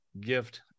gift